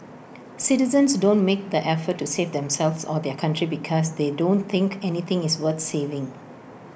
citizens don't make the effort to save themselves or their country because they don't think anything is worth saving